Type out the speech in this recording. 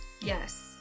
Yes